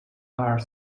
are